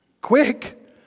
quick